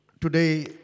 Today